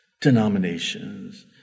denominations